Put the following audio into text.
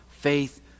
faith